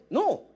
No